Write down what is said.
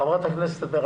חברת הכנסת מרב